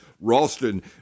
Ralston